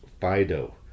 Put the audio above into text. fido